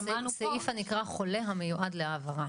זה סעיף הנקרא חולה המיועד להעברה.